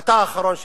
אתה האחרון שידבר.